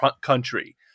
country